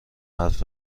حرف